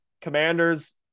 Commanders